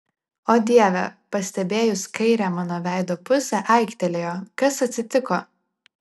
o dieve pastebėjus kairę mano veido pusę aiktelėjo kas atsitiko